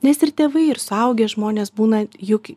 nes ir tėvai ir suaugę žmonės būna juk